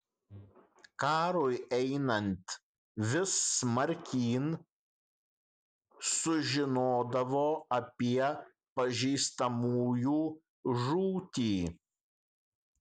karui einant vis smarkyn sužinodavo apie pažįstamųjų žūtį